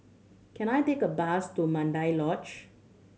can I take a bus to Mandai Lodge